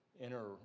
inner